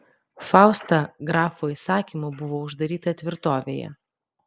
fausta grafo įsakymu buvo uždaryta tvirtovėje